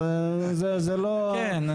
אז זה לא --- כן,